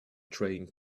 trading